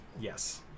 yes